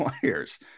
players